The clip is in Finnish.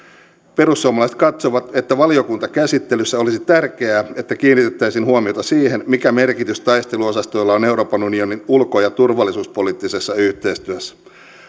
perussuomalaiset katsovat että valiokuntakäsittelyssä olisi tärkeää että kiinnitettäisiin huomiota siihen mikä merkitys taisteluosastoilla on euroopan unionin ulko ja turvallisuuspoliittisessa yhteistyössä